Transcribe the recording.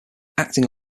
acting